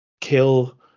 kill